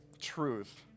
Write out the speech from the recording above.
truth